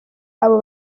abo